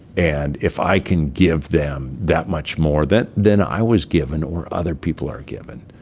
and if i can give them that much more that than i was given or other people are given,